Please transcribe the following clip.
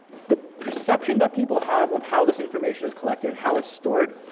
the perception that people have of how this information is collected, and how it's stored,